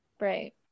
Right